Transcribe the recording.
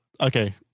Okay